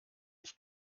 ich